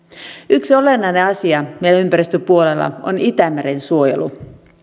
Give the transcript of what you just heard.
yksi olennainen asia meillä ympäristöpuolella on itämeren suojelu